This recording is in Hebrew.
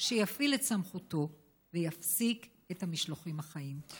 שיפעיל את סמכותו ויפסיק את המשלוחים החיים.